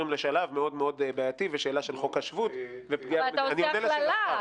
לשלב מאוד-מאוד בעייתי ושאלה של חוק השבות --- אבל אתה עושה הכללה,